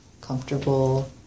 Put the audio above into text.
comfortable